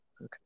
Okay